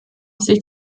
sich